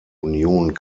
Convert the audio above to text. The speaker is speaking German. union